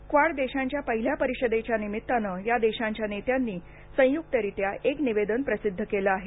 quad देशांच्या पहिल्या परिषदेच्या निमित्तानं या देशांच्या नेत्यांनी संयुक्तरीत्या एक निवेदन प्रसिद्ध केलं आहे